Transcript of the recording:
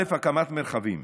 הקמת מרחבים,